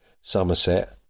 Somerset